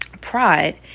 pride